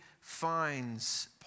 finds